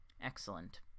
excellent